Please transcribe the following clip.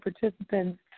participants